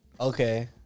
Okay